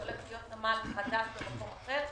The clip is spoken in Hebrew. שהולך להיות נמל חדש במקום אחר.